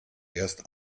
erst